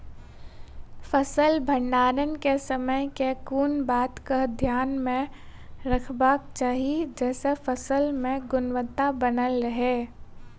फसल भण्डारण केँ समय केँ कुन बात कऽ ध्यान मे रखबाक चाहि जयसँ फसल केँ गुणवता बनल रहै?